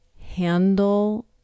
handle